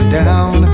down